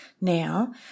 now